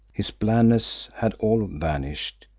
his blandness had all vanished,